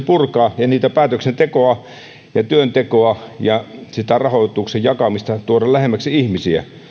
purkaa ja päätöksentekoa ja työntekoa ja rahoituksen jakamista tuoda lähemmäksi ihmisiä